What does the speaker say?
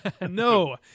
no